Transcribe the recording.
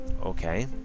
okay